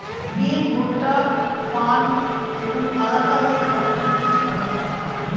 বিন, ভুট্টা, ফার্ন এবং আলাদা আলাদা রকমের বীজ পাওয়া যায়